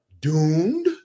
doomed